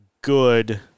good